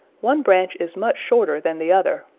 one branch is much shorter than the other,